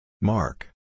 Mark